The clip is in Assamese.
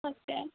তাকে